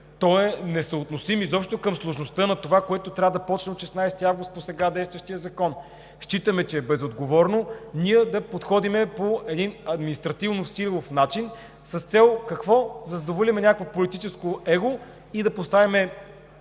той е несъотносим изобщо към сложността на това, което трябва да започне от 16 август по сега действащия закон. Считаме, че е безотговорно да подходим по административно-силов начин с цел – какво? Да задоволим някакво политическо его и да поставим